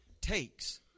takes